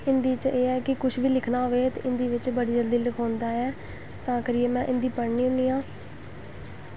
हिन्दी च एह् ऐ कि कुछ बी लिखना होए ते हिन्दी बिच्च बड़ी जल्दी लखोंदा ऐ तां करियै में हिन्दी पढ़नी होन्नी आं